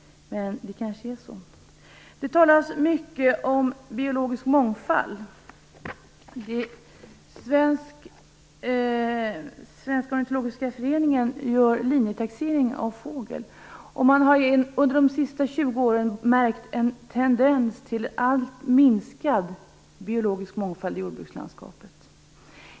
Men det kanske är så. Det talas mycket om biologisk mångfald. Svenska ornitologiska föreningen gör linjetaxering av fågel. Man har under de senaste 20 åren märkt en tendens till alltmer minskad biologisk mångfald i jordbrukslandskapet.